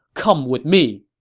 come with me!